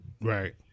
Right